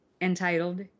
entitled